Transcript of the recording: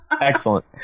Excellent